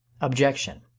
OBJECTION